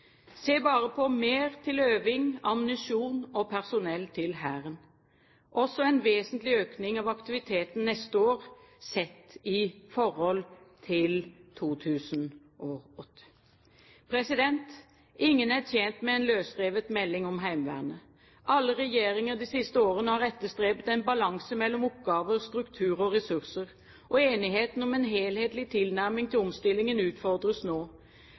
Se bare på mer til øving, ammunisjon og personell til Hæren, og også en vesentlig økning av aktiviteten neste år, sett i forhold til 2008. Ingen er tjent med en løsrevet melding om Heimevernet. Alle regjeringer de siste årene har etterstrebet en balanse mellom oppgaver, struktur og ressurser. Enigheten om en helhetlig tilnærming til omstillingen utfordres nå.